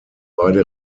beide